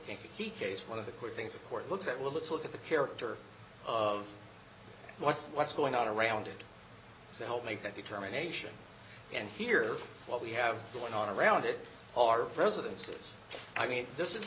kankakee case one of the court things the court looks at well let's look at the character of what's what's going on around it to help make that determination and here what we have going on around it are residences i mean this is